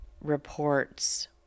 reports